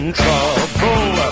trouble